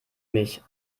mich